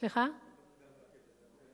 אני רוצה להניח את דעתך.